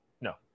No